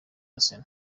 arsenal